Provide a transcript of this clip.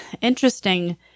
interesting